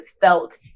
felt